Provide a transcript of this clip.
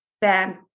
bam